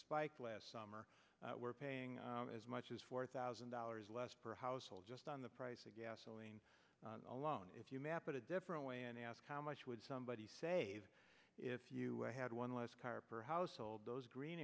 spike last summer we're paying as much as four thousand dollars less per household just on the price of gasoline alone if you map a different way and ask how much would somebody save if you had one less car per household those green